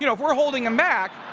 you know if we're holding him back,